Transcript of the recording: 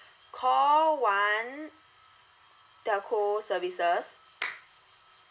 call one telco services